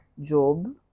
job